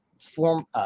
form